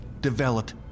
developed